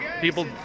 People